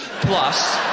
Plus